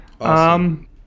Awesome